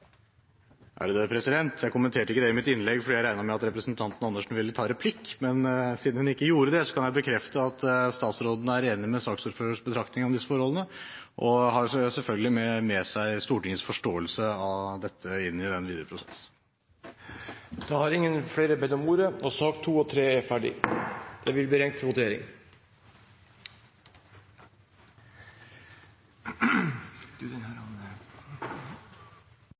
Jeg kommenterte ikke det i mitt innlegg, fordi jeg regnet med at representanten Karin Andersen ville ta replikk. Men siden hun ikke gjorde det, kan jeg bekrefte at statsråden er enig i saksordførerens betraktninger om disse forholdene og selvfølgelig har med seg Stortingets forståelse av dette inn i den videre prosessen. Flere har ikke bedt om ordet til sakene nr. 2 og 3. Da er vi klare til å gå til